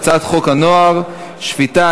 חוק הנוער (שפיטה,